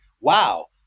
wow